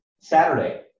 Saturday